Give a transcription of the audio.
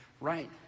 right